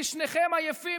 כי שניכם עייפים,